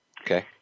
Okay